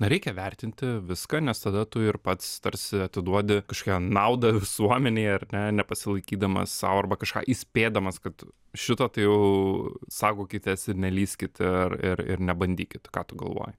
na reikia vertinti viską nes tada tu ir pats tarsi atiduodi kažkokią naudą visuomenei ar ne nepasilaikydamas sau arba kažką įspėdamas kad šito tai jau saugokitės ir nelyskit ir ir ir nebandykit ką tu galvoji